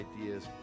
ideas